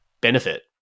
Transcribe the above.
benefit